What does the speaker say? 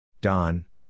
Don